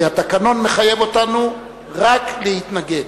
כי התקנון מחייב אותנו רק להתנגד,